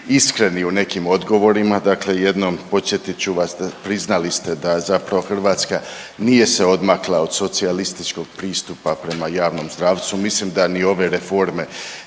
iskreni u nekim odgovorima, dakle jednom, podsjetit ću vas, priznali ste da zapravo Hrvatska nije se odmakla od socijalističkog pristupa prema javnom zdravstvu, mislim da ni ove reforme